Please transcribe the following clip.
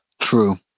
True